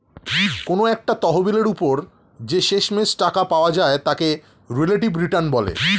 কোনো একটা তহবিলের উপর যে শেষমেষ টাকা পাওয়া যায় তাকে রিলেটিভ রিটার্ন বলে